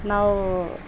ನಾವು